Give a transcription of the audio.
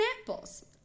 examples